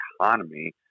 economy